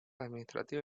administrativa